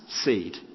seed